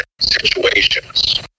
situations